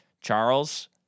Charles